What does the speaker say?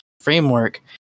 framework